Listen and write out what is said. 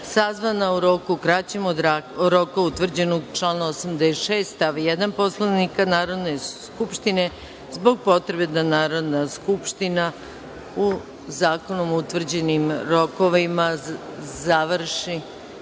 sazvana u roku kraćem od roka utvrđenog u članu 86. stav 1. Poslovnika Narodne skupštine, zbog potrebe da Narodna skupština u zakonom utvrđenim rokovima završi